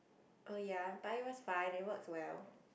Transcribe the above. oh ya but it was fine it works well